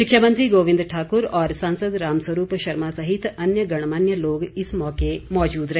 शिक्षा मंत्री गोविंद ठाकुर और सांसद रामस्वरूप शर्मा सहित अन्य गणमान्य लोग इस मौके मौजूद रहे